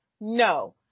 No